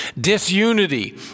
Disunity